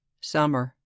summer